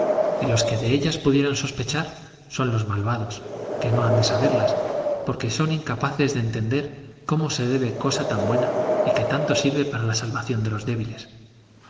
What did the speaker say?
y los que de ellas pudieran sospechar son los malvados que no han de saberlas porque son incapaces de entender como se debe cosa tan buena y que tanto sirve para la salvación de los débiles